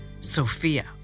Sophia